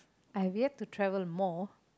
I we have to travel more